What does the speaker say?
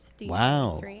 Wow